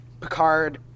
Picard